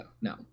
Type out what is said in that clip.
no